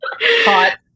Hot